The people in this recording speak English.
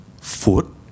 foot